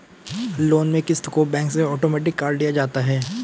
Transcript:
loan में क़िस्त को बैंक से आटोमेटिक काट लिया जाता है